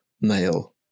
male